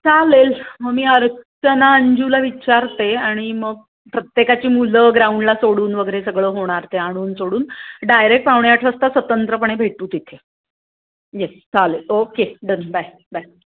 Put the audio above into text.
चालेल मग मी अर्चना अंजूला विचारते आणि मग प्रत्येकाची मुलं ग्राउंडला सोडून वगैरे सगळं होणार ते आणून सोडून डायरेक्ट पावणेआठ वाजता स्वतंत्रपणे भेटू तिथे येस चालेल ओके डन बाय बाय